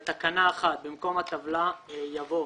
בתקנה 1 במקום הטבלה יבוא: